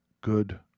good